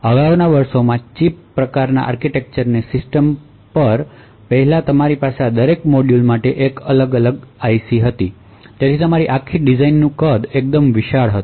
અગાઉના વર્ષોમાં ચીપ પ્રકારનાં આર્કિટેક્ચરના સિસ્ટમ પર પહેલાં તમારી પાસે આ દરેક મોડ્યુલ માટે એક અલગ અલગ આઈસી હતી અને તેથી તમારી આખી ડિઝાઇનનું કદ એકદમ વિશાળ હશે